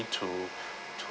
to to